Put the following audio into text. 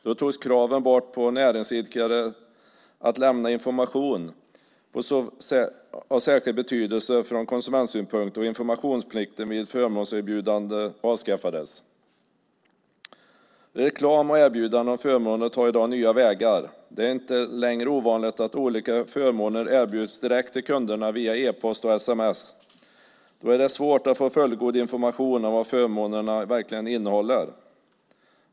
Då togs kraven bort på näringsidkare att lämna information av särskild betydelse från konsumentsynpunkt, och informationsplikten vid förmånserbjudanden avskaffades. Reklam och erbjudanden om förmåner tar i dag nya vägar. Det är inte längre ovanligt att olika förmåner erbjuds direkt till kunderna via e-post och sms. Då är det svårt att få fullgod information om vad förmånerna verkligen innehåller.